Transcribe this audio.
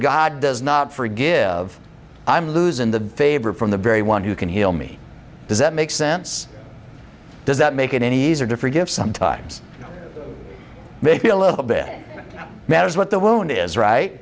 god does not forgive of i'm losing the favor from the very one who can heal me does that make sense does that make it any easier to forgive sometimes they feel a little bit mad is what the wound is right